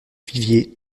viviers